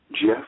Jeff